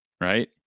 right